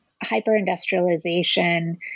hyper-industrialization